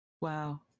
Wow